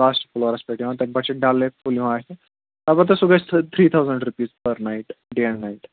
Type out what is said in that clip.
last floors پٮ۪ٹھ یِوان تَمہِ پَتہٕ چھِ ڈَل لیک فُل یِوان اتھِ اَلبَتہ سُہ گژھتھ three thousand rupees per night day and night